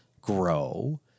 grow